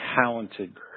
talented